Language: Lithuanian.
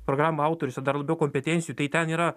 programą autorius ir dar labiau kompetencijų tai ten yra